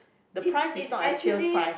it's it's actually